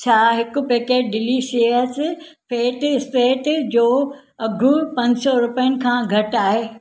छा हिकु packet delicious fat spread जो अघु पंज सौ रुपियनि खां घटि आहे